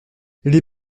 les